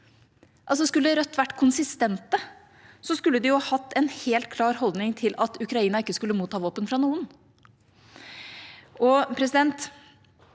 Skulle Rødt ha vært konsistente, skulle de ha hatt en helt klar holdning om at Ukraina ikke skulle motta våpen fra noen.